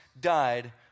died